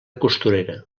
costurera